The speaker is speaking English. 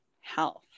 health